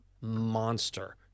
monster